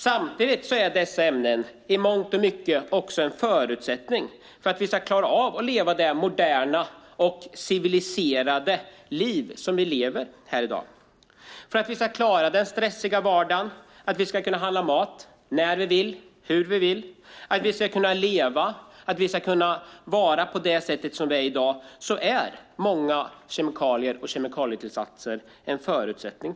Samtidigt är dessa ämnen i mångt och mycket en förutsättning för att vi ska kunna leva det moderna och så kallade civiliserade liv vi lever. Kemikalier och kemikalietillsatser är en förutsättning för att vi ska klara av vår stressiga vardag, kunna handla mat när vi vill och hur vi vill och kunna leva som vi gör i dag.